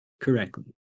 correctly